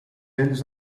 eles